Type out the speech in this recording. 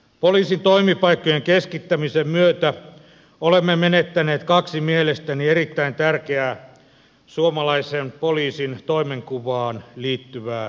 poliisin toimipaikkojen keskittämisen myötä olemme menettäneet kaksi mielestäni erittäin tärkeää suomalaisen poliisin toimenkuvaan liittyvää seikkaa